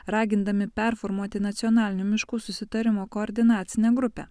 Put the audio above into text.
ragindami performuoti nacionalinių miškų susitarimo koordinacinę grupę